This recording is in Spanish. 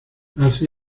hace